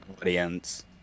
audience